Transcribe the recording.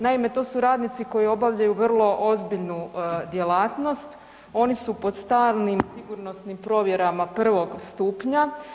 Naime, to su radnici koji obavljaju vrlo ozbiljnu djelatnost, oni su pod stalnim sigurnosnim provjerama prvog stupnja.